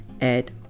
add